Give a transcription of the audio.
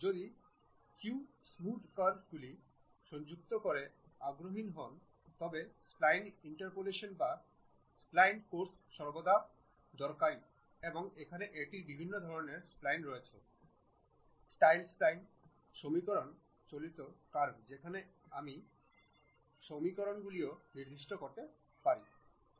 যদি কেউ smooth curve গুলি সংযুক্ত করতে আগ্রহী হনতবে স্প্লাইন ইন্টারপোলেশন বা স্প্লাইন কার্ভস সর্বদা দরকারী এবং এখানে এটির বিভিন্ন ধরণের স্প্লাইন রয়েছে স্টাইল স্প্লাইন সমীকরণ চালিত কার্ভ যেখানে আপনি সমীকরণগুলিও নির্দিষ্ট করতে পারেন